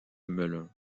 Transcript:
melun